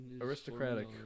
Aristocratic